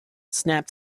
snap